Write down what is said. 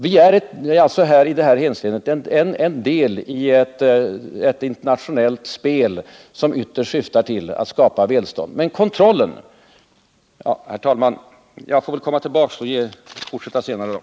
Vi äralltså i detta hänseende en del i ett internationellt spel som ytterst syftar till bästa möjliga utnyttjande av världsmarknadens tillgångar och till att skapa globalt välstånd.